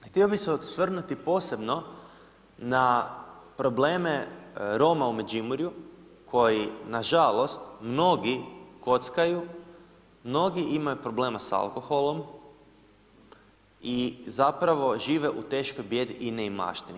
Htio bih se osvrnuti posebno na probleme Roma u Međimurju, koji nažalost mnogi kockaju, mnogi imaju problema s alkoholom i zapravo žive u teškom bijedi i neimaštini.